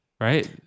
right